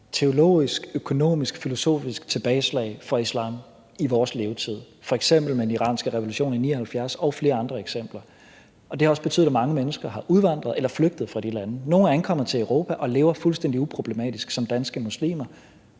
teologisk, økonomisk, filosofisk tilbageslag for islam i vores levetid, f.eks. med den iranske revolution i 1979 og flere andre eksempler. Og det har også betydet, at mange mennesker er udvandret eller er flygtet fra de lande. Nogle er ankommet til Europa og her til Danmark og lever fuldstændig uproblematisk som danske muslimer,